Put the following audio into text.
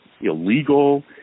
illegal